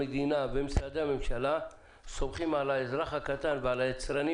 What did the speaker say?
המדינה ומשרדי הממשלה סומכים על האזרח הקטן ועל היצרנים